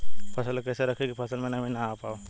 फसल के कैसे रखे की फसल में नमी ना आवा पाव?